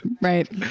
right